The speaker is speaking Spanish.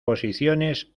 posiciones